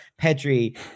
Pedri